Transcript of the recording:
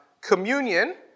Communion